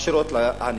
עשירות לעניות,